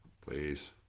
please